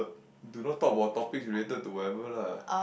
do not talk about topics related to whatever lah